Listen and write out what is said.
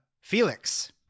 Felix